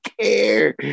care